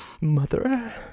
mother